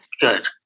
Good